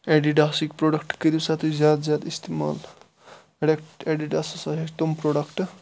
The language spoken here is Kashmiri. ایٚڈیڈاسٕکۍ پروڈَکٹ کٔرِو سا تُہۍ زیاد زیاد اِستعمال ایٚڈیڈاسَس ہسا چھِ تِم پروڈَکٹ